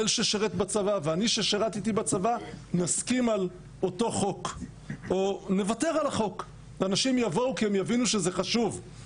אני חייב לומר את האמת החוק הזה הוא לא החלום שלנו,